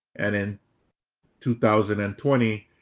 and in two thousand and twenty,